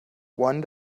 one